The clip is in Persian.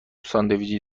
ساندویچی